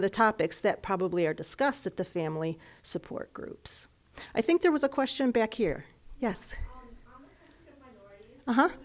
of the topics that probably are discussed at the family support groups i think there was a question back here yes